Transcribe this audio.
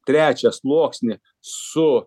trečią sluoksnį su